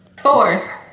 Four